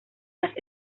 las